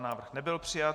Návrh nebyl přijat.